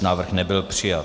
Návrh nebyl přijat.